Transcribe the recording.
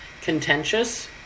Contentious